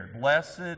Blessed